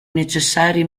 necessari